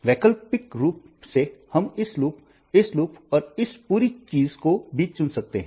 वैकल्पिक रूप से हम इस लूप इस लूप और इस पूरी चीज़ को भी चुन सकते हैं